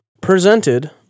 presented